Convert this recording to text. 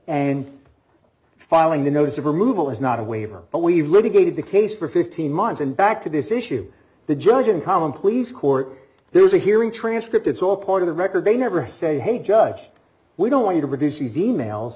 and filing the notice of removal is not a waiver but we've litigated the case for fifteen months and back to this issue the judge in common pleas court there was a hearing transcript it's all part of the record they never say hey judge we don't want you to produce these e mails